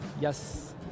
Yes